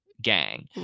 gang